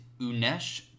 Unesh